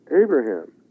Abraham